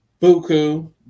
Buku